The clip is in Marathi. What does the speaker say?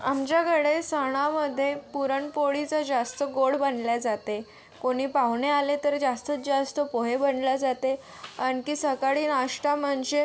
आमच्याकडे सणामध्ये पुरणपोळीचं जास्त गोड बनले जाते कोणी पाहुणे आले तरी जास्तीत जास्त पोहे बनले जाते आणखी सकाळी नाश्टा म्हणजे